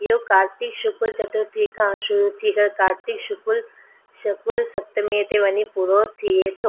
इहो कार्तिकु शुकुल चतुर्थी खां शुरू करे थी कार्तिकु शुकुल शुकुल सप्तमीअ ते वञी पूरो थिए थो